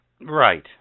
right